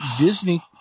Disney